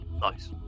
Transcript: Nice